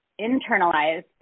internalized